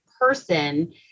person